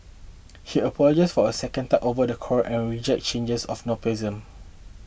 he apologised for a second time over the quarrel and rejected charges of nepotism